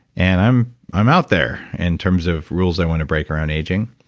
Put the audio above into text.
and i'm i'm out there in terms of rules i want to break around aging.